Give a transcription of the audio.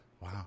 Wow